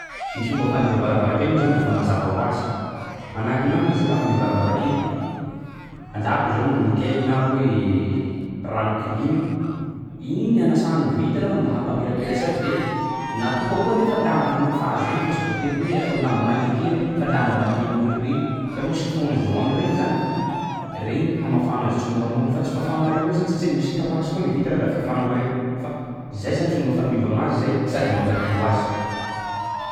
Ny fomba fandiova varavarankely moa zany de fa mazava hoazy. Manahaky gn'amiko zao laha mandio varavarankely alako zao nickel na hoe rano kliny, igny anasa gny vitra mba hampamirapiratry azy de natoka koa nefa lamba hamafa azy agny fa tsy voatery hoe atao lamba mahirihirina fa lamba malemy re. Hitanao chiffon jaune regny zany, regny hamafanao azy tsimoramora fa tsy fafa mare koa zany fa misy trasy koa le vitra laha vao fafanao mare fa zay zany ny fomba fandiovagna azy zay sady mampadio azy.